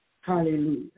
Hallelujah